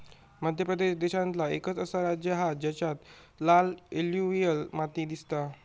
मध्य प्रदेश देशांतला एकंच असा राज्य हा जेच्यात लाल एलुवियल माती दिसता